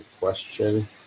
question